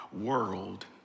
world